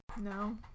No